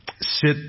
sit